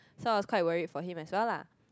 so I was quite worried for him as well lah